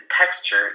texture